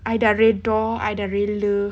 I dah redha I dah rela